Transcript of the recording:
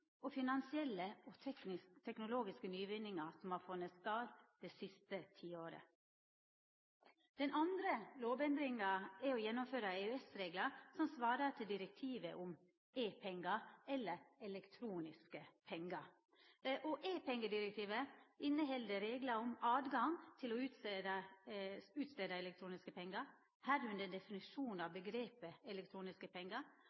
og finansielle og teknologiske nyvinningar som har funne stad det siste tiåret. Den andre lovendringa er å gjennomføre EØS-reglar som svarar til direktivet om e-pengar, eller elektroniske pengar. E-pengedirektivet inneheld reglar om retten til å ferda ut elektroniske pengar, under dette ein definisjon av omgrepet elektroniske pengar,